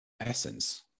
essence